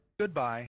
Goodbye